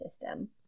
system